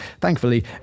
thankfully